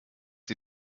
die